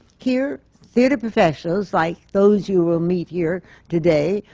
here, theatre professionals, like those you will meet here today,